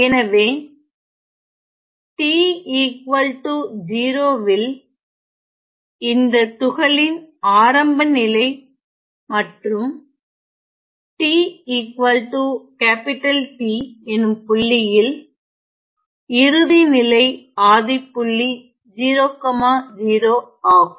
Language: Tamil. எனவே t 0 ல் இந்த துகளின் ஆரம்ப நிலை மற்றும் t T எனும் புள்ளியில் இறுதி நிலை ஆதிப்புள்ளி 00 ஆகும்